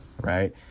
right